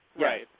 Right